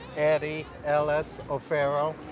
eddy, ellis, o'farrell.